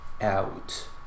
out